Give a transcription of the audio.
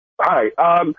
Hi